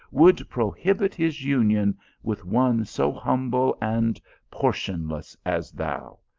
would prohibit his union with one so humble and portionless as thou.